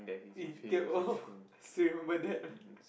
eh get oh still remember that